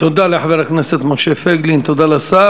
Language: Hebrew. תודה לחבר הכנסת משה פייגלין, תודה לשר.